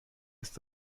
ist